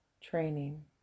training